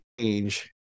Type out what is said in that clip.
change